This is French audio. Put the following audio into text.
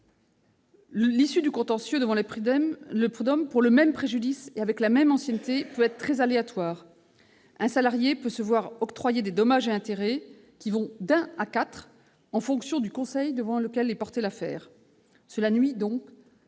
l'issue du contentieux devant les conseils de prud'hommes, pour le même préjudice et avec la même ancienneté, peut être très aléatoire : un salarié peut se voir octroyer des dommages et intérêts qui vont d'un à quatre en fonction du conseil devant lequel est portée l'affaire. Cela nuit à la